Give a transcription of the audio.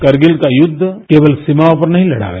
कारगिल का युद्ध केवल सीमाओं पर नहीं लड़ा गया